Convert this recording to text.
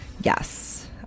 Yes